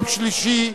יום שלישי,